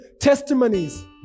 testimonies